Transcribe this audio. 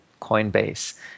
coinbase